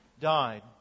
died